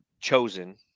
chosen